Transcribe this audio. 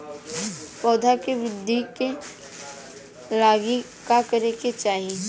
पौधों की वृद्धि के लागी का करे के चाहीं?